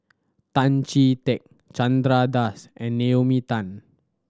Tan Chee Teck Chandra Das and Naomi Tan